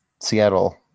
Seattle